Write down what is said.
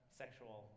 sexual